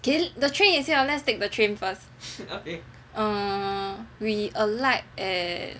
okay the train is here let's take the train first err we alight at